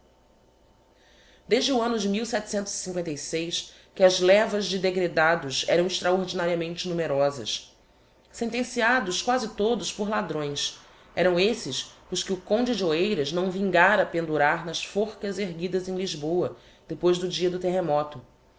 desde o anno de que as levas de degredados eram extraordinariamente numerosas sentenciados quasi todos por ladrões eram esses os que o conde de oeiras não vingára pendurar nas forcas erguidas em lisboa depois do dia do terremoto